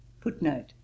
footnote